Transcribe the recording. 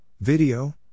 Video